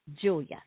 Julia